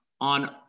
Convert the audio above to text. on